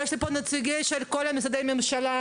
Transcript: יש שאלות,